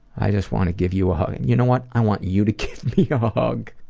i just want to give you a hug. and you know what? i want you to give me a hug.